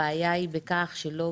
הבעיה היא בכך שלא